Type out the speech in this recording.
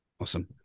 Awesome